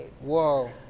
Whoa